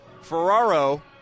Ferraro